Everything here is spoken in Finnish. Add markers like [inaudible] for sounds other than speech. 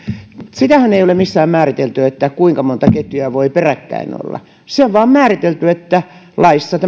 sitähän ei ole missään määritelty kuinka monta ketjua voi peräkkäin olla se on määritelty tämänhetkisessä laissa [unintelligible]